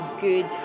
good